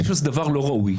אני חושב שזה דבר לא ראוי.